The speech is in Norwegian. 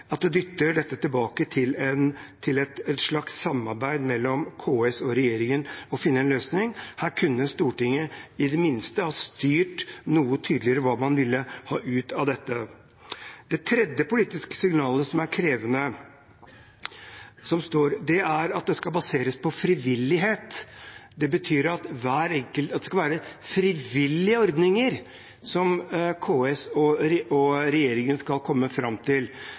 at man dytter dette tilbake til et slags samarbeid mellom KS og regjeringen om å finne en løsning. Her kunne Stortinget i det minste ha styrt noe tydeligere hva man vil ha ut av dette. Det tredje politiske signalet som er krevende, er at det står at dette skal baseres på frivillighet – at det skal være frivillige ordninger KS og regjeringen skal komme fram til.